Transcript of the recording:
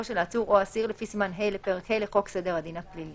של העצור או האסיר לפי סימן ה' לפרק ה' לחוק סדר הדין הפלילי.